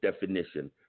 definition